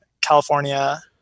California